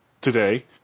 today